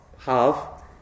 half